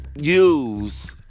use